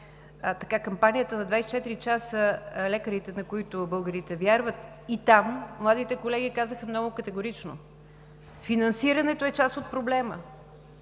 с кампания на „24 часа“ „Лекарите, на които българите вярват“ и там младите колеги казаха много категорично: „Финансирането е част от проблема,